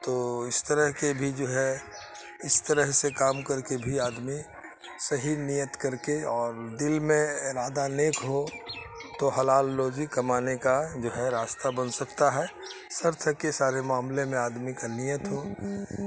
تو اس طرح کے بھی جو ہے اس طرح سے کام کر کے بھی آدمی صحیح نیت کر کے اور دل میں ارادہ نیک ہو تو حلال روزی کمانے کا جو ہے راستہ بن سکتا ہے شرط ہے کہ سارے معاملے میں آدمی کا نیت ہو